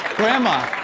grandma.